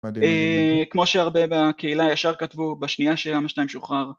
כמו שהרבה בקהילה ישר כתבו בשנייה ש llama2 שוחרר